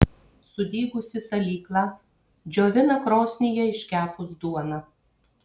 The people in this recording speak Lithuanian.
sudygusį salyklą džiovina krosnyje iškepus duoną